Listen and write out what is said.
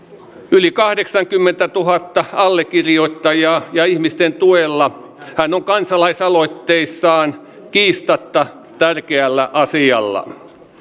yli kahdeksankymmentätuhatta allekirjoittajaa ja ihmisten tuella hän on kansalaisaloitteessaan kiistatta tärkeällä asialla